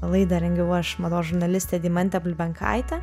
laidą rengiau aš mados žurnalistė deimantė bulbenkaitė